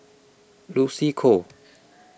Lucy Koh